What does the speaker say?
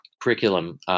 curriculum